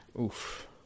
Oof